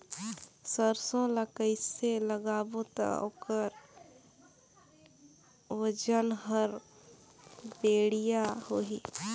सरसो ला कइसे लगाबो ता ओकर ओजन हर बेडिया होही?